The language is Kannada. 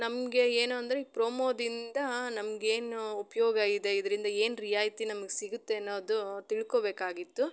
ನಮಗೆ ಏನು ಅಂದರೆ ಈ ಪ್ರೊಮೋದಿಂದಾ ನಮಗೇನು ಉಪ್ಯೋಗವಿದೆ ಇದರಿಂದ ಏನು ರಿಯಾಯಿತಿ ನಮ್ಗೆ ಸಿಗುತ್ತೆ ಅನ್ನೋದೂ ತಿಳ್ಕೋಬೇಕಾಗಿತ್ತು